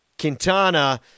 Quintana